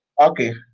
Okay